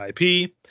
ip